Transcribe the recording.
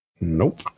Nope